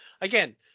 again